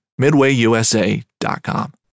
midwayusa.com